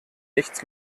nichts